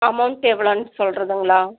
amount எவ்வளோன்னு சொல்லுறதுங்களா